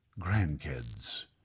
grandkids